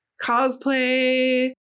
cosplay